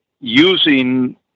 using